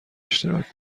اشتراک